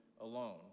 alone